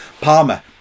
Palmer